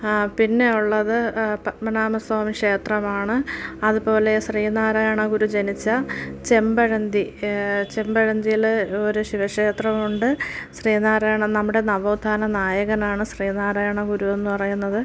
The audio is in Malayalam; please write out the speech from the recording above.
പിന്നെ ഉള്ളത് പത്മനാഭ സ്വാമി ക്ഷേത്രമാണ് അതുപോലെ ശ്രീ നാരായണ ഗുരു ജനിച്ച ചെമ്പഴന്തി ചെമ്പഴന്തിയിൽ ഒരു ശിവക്ഷേത്രമുണ്ട് ശ്രീ നാരായണ നമ്മുടെ നവോത്ഥാന നായകനാണ് ശ്രീ നാരായണ ഗുരു എന്ന് പറയുന്നത്